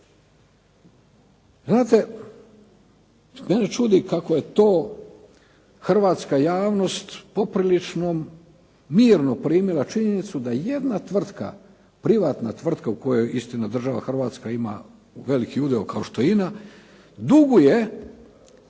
znate mene čudi kako je to hrvatska javnost poprilično mirno primila činjenicu da jedna tvrtka, privatna tvrtka u kojoj istina država Hrvatska ima veliki udio kao što je INA, duguje